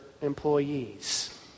employees